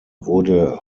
wurde